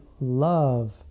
love